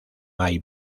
hay